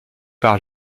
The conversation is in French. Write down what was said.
par